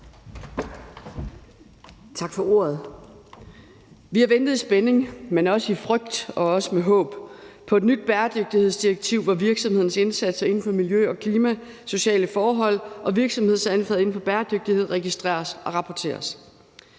Tak for ordet. Vi har ventet i spænding, men også i frygt og også med håb på et nyt bæredygtighedsdirektiv, hvor virksomhedernes indsatser inden for miljø, klima, sociale forhold og virksomhedsadfærd inden for bæredygtighed registreres og rapporteres.